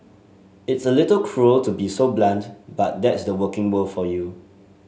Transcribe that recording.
it's a little cruel to be so blunt but that's the working world for you